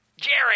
Jerry